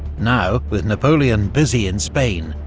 now, with napoleon busy in spain,